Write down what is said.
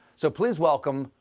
so please welcome,